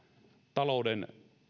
talouden